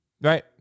Right